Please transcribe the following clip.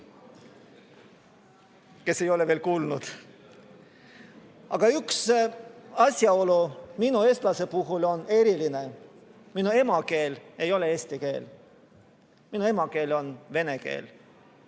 kes ei ole veel kuulnud. Aga üks asjaolu on minu, eestlase puhul eriline: minu emakeel ei ole eesti keel, minu emakeel on vene keel.